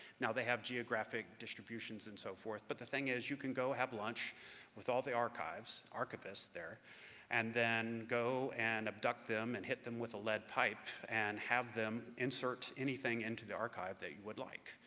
now they have geographic distributions and so forth, but the thing is, you can go have lunch with all the archives archivists there and then go and abduct them and hit them with a lead pipe and have them insert anything into the archive that you would like.